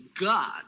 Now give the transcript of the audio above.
God